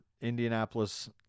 Indianapolis